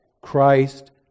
Christ